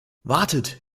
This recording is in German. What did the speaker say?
wartet